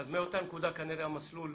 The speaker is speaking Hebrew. ומאותה נקודה כנראה המסלול